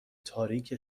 تاریک